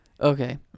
Okay